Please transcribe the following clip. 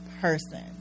person